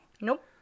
Nope